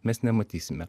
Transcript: mes nematysime